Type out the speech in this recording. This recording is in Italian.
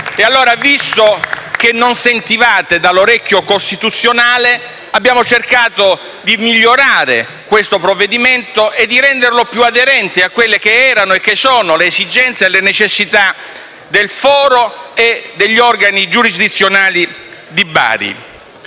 fatti. Visto che non sentivate dall'orecchio costituzionale, abbiamo cercato di migliorare il provvedimento, rendendolo più aderente a quelle che erano e sono le esigenze e le necessità del foro e degli organi giurisdizionali di Bari.